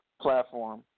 platform